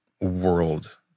world